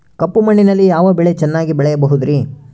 ಕಪ್ಪು ಮಣ್ಣಿನಲ್ಲಿ ಯಾವ ಬೆಳೆ ಚೆನ್ನಾಗಿ ಬೆಳೆಯಬಹುದ್ರಿ?